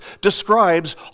describes